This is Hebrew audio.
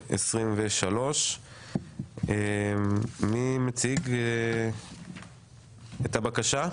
2023. מי מציג את הבקשה?